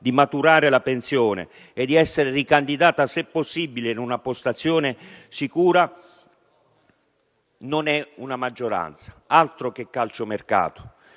di maturare la pensione ed essere ricandidata se possibile in una postazione sicura, non è una maggioranza. Altro che calciomercato!